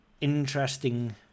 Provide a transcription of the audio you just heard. interesting